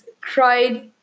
cried